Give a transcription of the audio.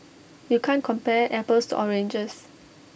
you can't compare apples to oranges